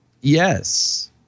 Yes